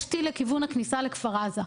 יש טיל לכיוון הכניסה לכפר עזה.